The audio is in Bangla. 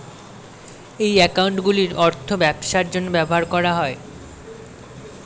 এই অ্যাকাউন্টগুলির অর্থ ব্যবসার জন্য ব্যবহার করা হয়